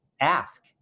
Ask